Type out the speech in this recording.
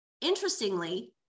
Interestingly